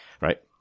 right